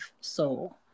soul